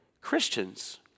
Christians